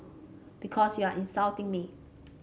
because you are insulting me